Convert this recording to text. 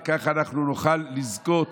וכך אנחנו נוכל לזכות